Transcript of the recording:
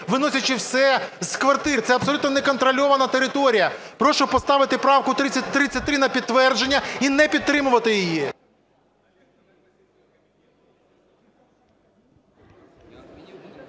виносячи все з квартир. Це абсолютно не контрольована територія. Прошу поставити правку 3033 на підтвердження і не підтримувати її.